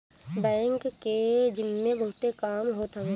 bank के जिम्मे बहुते काम होत हवे